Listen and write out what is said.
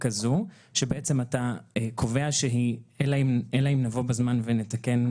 אלא אם נבוא לפני ה-15 ונתקן,